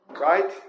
right